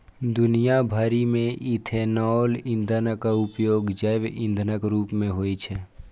दुनिया भरि मे इथेनॉल ईंधनक उपयोग जैव ईंधनक रूप मे होइ छै